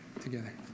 together